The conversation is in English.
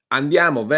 andiamo